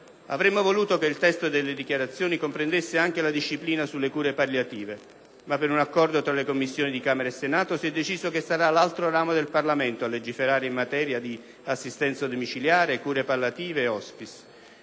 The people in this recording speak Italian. avremmo voluto che il testo delle dichiarazioni comprendesse anche la disciplina sulle cure palliative, ma per un accordo tra le Commissioni di Camera e Senato, si è deciso che sarà l'altro ramo del Parlamento a legiferare in materia di assistenza domiciliare, di cure palliative e di *hospice*.